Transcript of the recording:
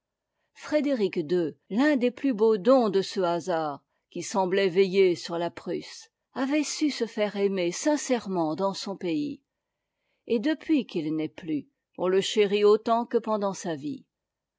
frédéric h l'un des plus beaux dons de ce hasard qui semblait veiller sur la prusse avait su se faire aimer sincèrement dans son pays et depuis qu'il n'est plus on le chérit autant que pendant sa vie